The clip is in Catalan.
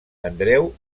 andreu